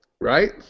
Right